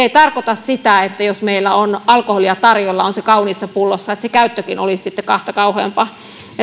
ei tarkoita sitä että jos meillä on alkoholia tarjolla kauniissa pullossa niin se käyttökin olisi sitten kahta kauheampaa